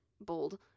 bold